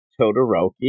Todoroki